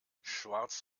schwarz